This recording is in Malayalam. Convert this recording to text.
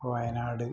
വയനാട്